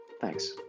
Thanks